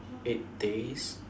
eight days